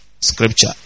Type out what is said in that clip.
scripture